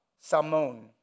Salmon